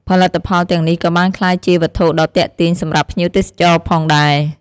ផលិតផលទាំងនេះក៏បានក្លាយជាវត្ថុដ៏ទាក់ទាញសម្រាប់ភ្ញៀវទេសចរផងដែរ។